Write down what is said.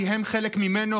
כי הם חלק ממנו,